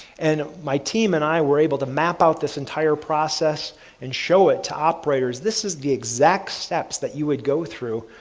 and my team and i were able to map out this entire process and show it to operators. this is the exact steps that you would go through,